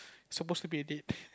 supposed to be a date